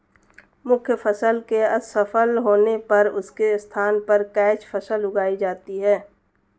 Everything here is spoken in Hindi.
मुख्य फसल के असफल होने पर उसके स्थान पर कैच फसल उगाई जाती है